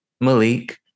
Malik